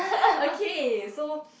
okay so